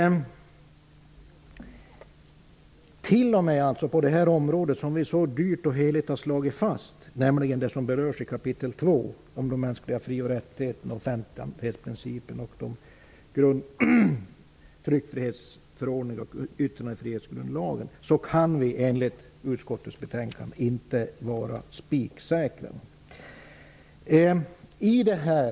Inte ens på det här området, nämligen det som berörs i kap. 2 om de mänskliga fri och rättigheterna, offentlighetsprincipen, tryckfrihetsförordningen och yttrandefrihetsgrundlagen -- som vi så dyrt och heligt har slagit fast -- kan vi vara spiksäkra, enligt utskottets betänkande.